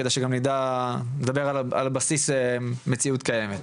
כדי שנדבר על בסיס מציאות קיימת.